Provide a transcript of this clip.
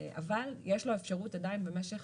אבל יש לו אפשרות עדיין במשך,